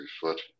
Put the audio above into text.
Foot